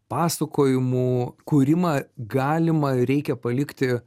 pasakojimų kūrimą galima ir reikia palikti